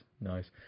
Nice